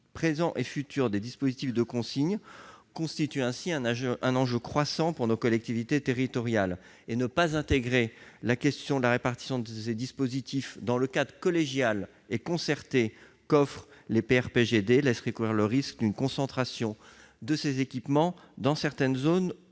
présent et futur, des dispositifs de consigne constitue ainsi un enjeu croissant pour nos collectivités territoriales. Ne pas intégrer la question de leur répartition dans le cadre collégial et concerté qu'offrent les PRPGD laisserait courir le risque d'une concentration de ces équipements dans certaines zones,